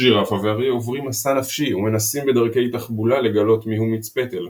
ג'ירפה ואריה עוברים מסע נפשי ומנסים בדרכי תחבולה לגלות מיהו מיץ פטל,